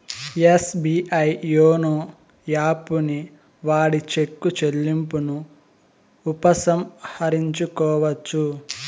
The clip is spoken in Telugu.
ఎస్బీఐ యోనో యాపుని వాడి చెక్కు చెల్లింపును ఉపసంహరించుకోవచ్చు